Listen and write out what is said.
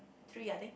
three I think